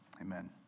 Amen